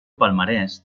palmarès